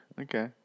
Okay